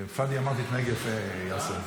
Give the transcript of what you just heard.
חבר הכנסת חוג'יראת, סליחה.